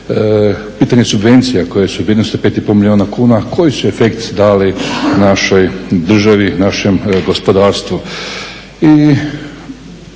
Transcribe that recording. pitanje subvencija koje su vrijednosti 5,5 milijuna kuna koji su efekt dali našoj državi, našem gospodarstvu.